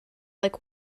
like